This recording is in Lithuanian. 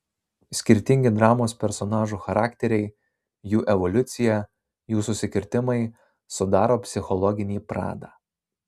skirtingi dramos personažų charakteriai jų evoliucija jų susikirtimai sudaro psichologinį pradą